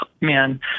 man